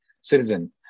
citizen